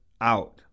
out